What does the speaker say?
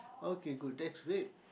okay good then wait